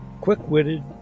quick-witted